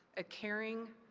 a caring,